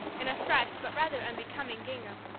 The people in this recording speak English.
in a fresh but rather unbecoming gingham,